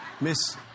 Miss